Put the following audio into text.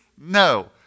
No